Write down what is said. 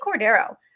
Cordero